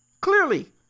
clearly